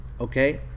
Okay